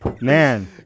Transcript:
Man